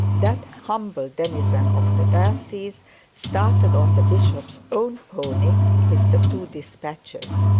that humble denizen of the diocese started on the bishop's own pony with the two despatches.